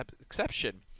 exception